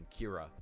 Kira